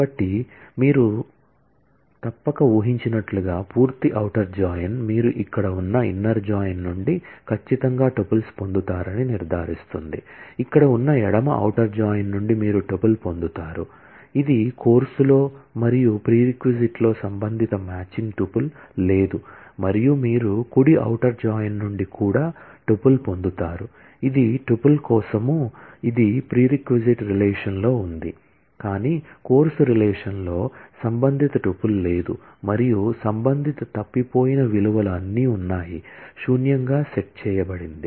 కాబట్టి మీరు తప్పక వూహించినట్లుగా పూర్తి ఔటర్ జాయిన్ నుండి ఖచ్చితంగా టుపుల్స్ పొందుతారని నిర్ధారిస్తుంది ఇక్కడ ఉన్న ఎడమ ఔటర్ జాయిన్ నుండి మీరు టుపుల్ పొందుతారు ఇది కోర్సులో మరియు ప్రీరెక్లో సంబంధిత మ్యాచింగ్ టుపుల్ లేదు మరియు మీరు కుడి ఔటర్ జాయిన్ నుండి కూడా టుపుల్ పొందుతారు ఇది టుపుల్ కోసం ఇది ప్రీరెక్ రిలేషన్లో ఉంది కానీ కోర్సు రిలేషన్లో సంబంధిత టుపుల్ లేదు మరియు సంబంధిత తప్పిపోయిన విలువలు అన్నీ ఉన్నాయి శూన్యంగా సెట్ చేయబడింది